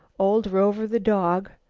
old rover, the dog,